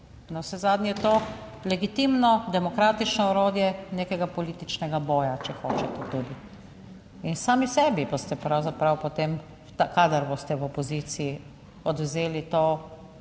navsezadnje je to legitimno, demokratično orodje nekega političnega boja, če hočete tudi in sami sebi boste pravzaprav potem, kadar boste v opoziciji, odvzeli to,